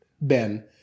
Ben